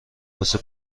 واسه